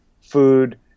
food